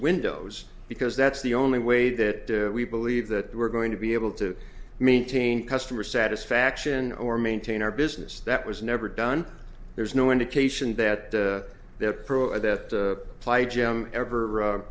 windows because that's the only way that we believe that we're going to be able to maintain customer satisfaction or maintain our business that was never done there's no in cation that the pro of that play jim ever